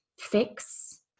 fix